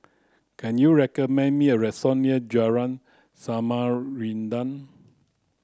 can you recommend me a restaurant near Jalan Samarinda